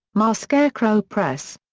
mar. scarecrow press.